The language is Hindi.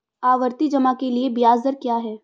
आवर्ती जमा के लिए ब्याज दर क्या है?